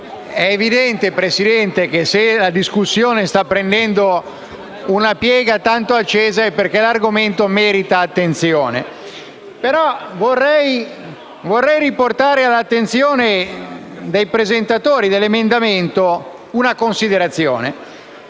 Presidente, è evidente che, se la discussione sta prendendo una piega tanto accesa, è perché l'argomento merita attenzione. Vorrei riportare all'attenzione dei presentatori dell'emendamento 5.12/1 una considerazione: